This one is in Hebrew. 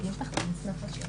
נוספים.